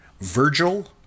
virgil